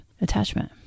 attachment